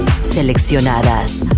Seleccionadas